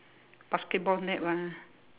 basketball net mah